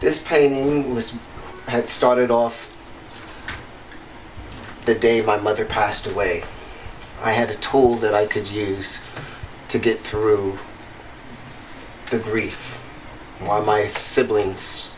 painting had started off the day my mother passed away i had a tool that i could use to get through the grief while my siblings